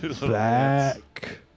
back